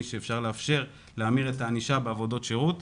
שאפשר לאפשר להמיר את הענישה בעבודות שירות.